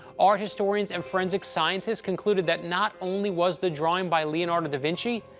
art historians and forensic scientists concluded that not only was the drawing by leonardo da vinci,